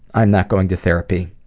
i'm not going to therapy.